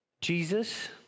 Jesus